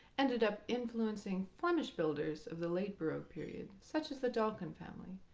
ended up influencing flemish builders of the late baroque period, such as the dulckan family,